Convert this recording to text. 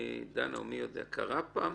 דנה, או מי שיודע, קרה פעם